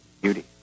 beauty